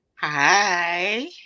hi